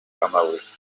amabuye